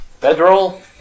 Bedroll